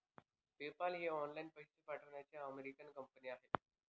PayPal ही online पैसे पाठवण्याची अमेरिकन कंपनी आहे